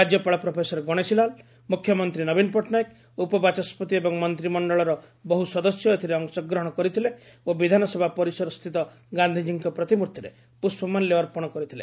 ରାଜ୍ୟପାଳ ପ୍ରଫେସର ଗଣେଶୀ ଲାଲ୍ ମୁଖ୍ୟମନ୍ତ୍ରୀ ନବୀନ ପଟ୍ଟନାୟକ ଉପବାଚସ୍କତି ଏବଂ ମନ୍ତିମଣ୍ଡଳ ବହୃ ସଦସ୍ୟ ଏଥିରେ ଅଂଶଗ୍ରହଣ କରିଥିଲେ ଓ ବିଧାନସଭା ପରିସରସ୍ଥିତ ଗାନ୍ଧିଜୀଙ୍କ ପ୍ରତିମ୍ଭର୍ତ୍ତିରେ ପ୍ରଷ୍ଣମାଲ୍ୟ ଅର୍ପଣ କରିଥିଲେ